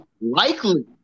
likely –